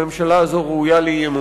הממשלה הזאת ראויה לאי-אמון.